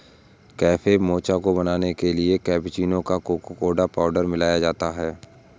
cafe mocha को बनाने के लिए कैप्युचीनो में कोकोडा पाउडर मिलाया जाता है